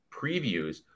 previews